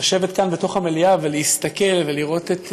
כאן בתוך המליאה, ולהסתכל ולראות את